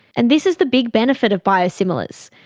and this is the big benefit of biosimilars,